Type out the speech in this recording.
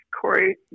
Corey